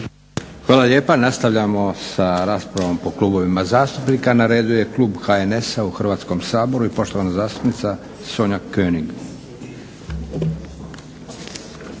Hvala lijepa. Nastavljamo sa raspravom po klubovima zastupnika. Na redu je klub HNS-a u Hrvatskom saboru i poštovana zastupnica Sonja König.